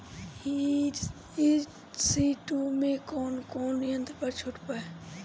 ई.सी टू मै कौने कौने यंत्र पर छुट बा?